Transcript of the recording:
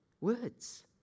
words